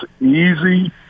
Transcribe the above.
easy